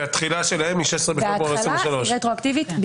והתחילה שלהן היא מ-16 בפברואר 2023. וההתחלה היא רטרואקטיבית.